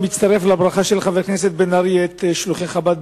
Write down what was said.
אני מצטרף לברכה של חבר הכנסת בן-ארי לשליחי חב"ד.